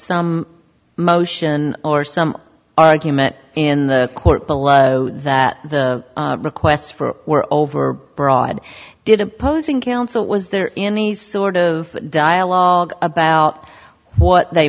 some motion or some argument in the court below that the requests for were over broad did opposing counsel was there any sort of dialogue about what they